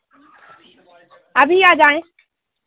अभी आ जाएँ